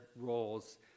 roles